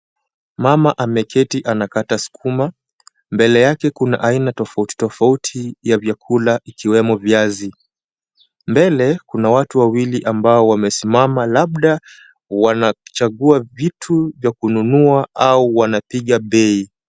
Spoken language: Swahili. Mama ameketi anakata sukuma. Mbele yake kuna aina tofauti tofauti ya vyakula ikiwemo viazi. Mbele kuna watu wawili ambao wamesimama, labda wanachagua vitu vya kununua au wanapiga bei.